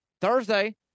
Thursday